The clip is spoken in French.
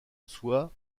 soit